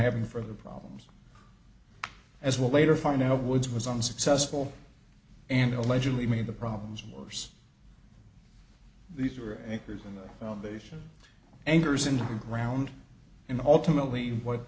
having further problems as will later find out which was unsuccessful and allegedly made the problems worse these are actors in the foundation enters into the ground and ultimately